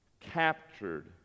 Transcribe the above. captured